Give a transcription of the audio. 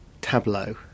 tableau